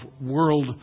world